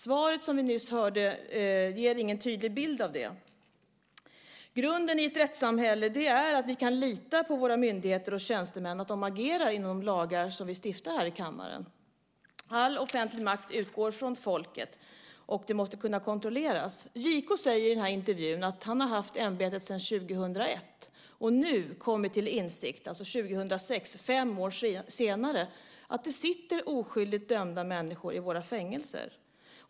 Svaret som vi nyss hörde ger ingen tydlig bild. Grunden i ett rättssamhälle är att vi kan lita på att våra myndigheter och tjänstemän agerar inom ramen för de lagar vi stiftar i kammaren. All offentlig makt utgår från folket, och den måste kunna kontrolleras. JK säger i intervjun att han har innehaft ämbetet sedan 2001. Nu har han kommit till insikt om - alltså 2006, fem år senare - att det sitter oskyldigt dömda människor i våra fängelser.